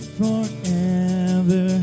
forever